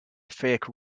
fake